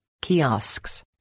kiosks